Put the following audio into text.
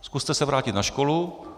Zkuste se vrátit na školu.